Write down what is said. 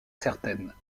certaines